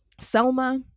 Selma